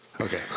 Okay